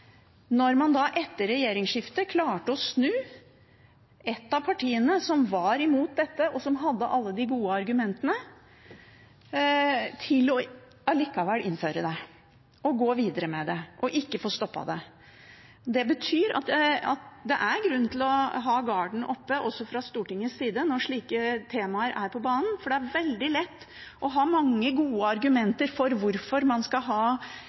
når man etter regjeringsskiftet klarte å snu ett av partiene som var imot dette, og som hadde alle de gode argumentene til allikevel å innføre det, gå videre med det og ikke få stoppet det. Det betyr at det er grunn til å ha «guarden» oppe også fra Stortingets side når slike temaer er på banen, for det er veldig lett å ha mange gode argumenter for hvorfor man f.eks. skal